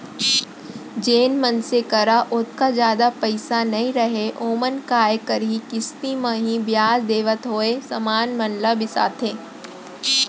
जेन मनसे करा ओतका जादा पइसा नइ रहय ओमन काय करहीं किस्ती म ही बियाज देवत होय समान मन ल बिसाथें